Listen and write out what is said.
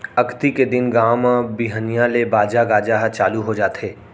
अक्ती के दिन गाँव म बिहनिया ले बाजा गाजा ह चालू हो जाथे